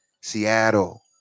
Seattle